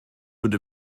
would